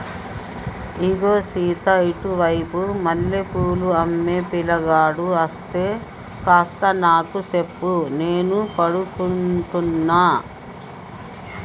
ఇగో సీత ఇటు వైపు మల్లె పూలు అమ్మే పిలగాడు అస్తే కాస్త నాకు సెప్పు నేను పడుకుంటున్న